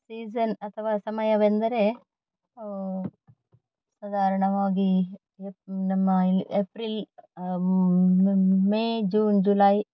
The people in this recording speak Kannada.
ಸೀಝನ್ ಅಥವಾ ಸಮಯವೆಂದರೆ ಸಾಧಾರಣವಾಗಿ ಎಫ್ ನಮ್ಮ ಏಪ್ರಿಲ್ ಮೇ ಜೂನ್ ಜುಲೈ